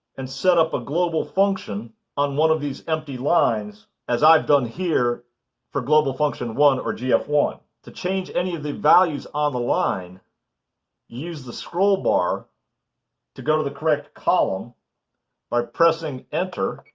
and set up a global function on one of these empty lines as i've done here for global function one or g f one. to change any of the values on the line, you use the scroll bar to go to the correct column by pressing enter